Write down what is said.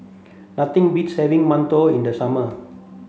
nothing beats having Mantou in the summer